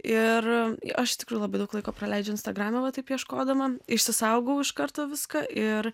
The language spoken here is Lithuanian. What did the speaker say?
ir aš tikrai labai daug laiko praleidžiu instagrame va taip ieškodama išsisaugau iš karto viską ir